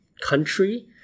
country